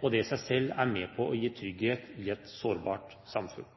og det er i seg selv med på å gi trygghet i et sårbart samfunn.